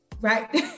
right